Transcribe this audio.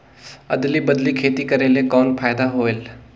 अदली बदली खेती करेले कौन फायदा होयल?